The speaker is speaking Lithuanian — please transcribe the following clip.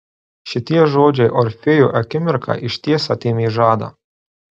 šitie žodžiai orfėjui akimirką išties atėmė žadą